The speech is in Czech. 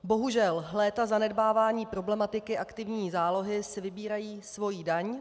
Bohužel, léta zanedbávání problematiky aktivní zálohy si vybírají svoji daň.